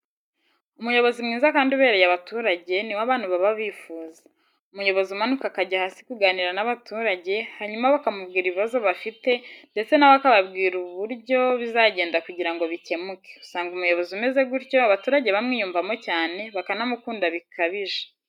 Umuyobozi mwiza kandi ubereye abaturage ni we abantu baba bifuza. Umuyobozi umanuka akajya hasi kuganira n'abaturage hanyuma bakamubwira ibibazo bafite ndetse na we akababwira uburo bizagenda kugira ngo bikemuke, usanga umuyobozi umeze gutyo abaturage bamwiyumvamo cyane, bakanamukunda bikabije.